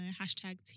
Hashtag